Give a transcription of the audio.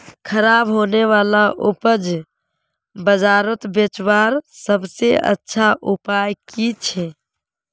ख़राब होने वाला उपज बजारोत बेचावार सबसे अच्छा उपाय कि छे?